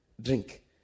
drink